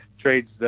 trades